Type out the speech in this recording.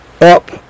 up